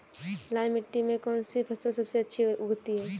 लाल मिट्टी में कौन सी फसल सबसे अच्छी उगती है?